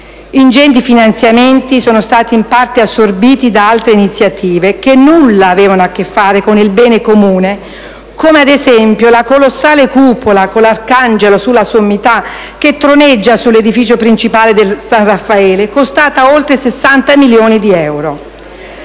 Ingenti finanziamenti sono stati in parte assorbiti da altre iniziative che nulla avevano a che fare con il bene comune, come, ad esempio, la colossale cupola con l'arcangelo sulla sommità, che troneggia sull'edificio principale del San Raffaele, costata oltre 60 milioni di euro.